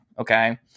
okay